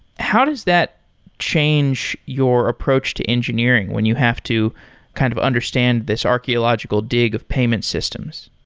how does that change your approach to engineering when you have to kind of understand this archaeological dig of payment systems?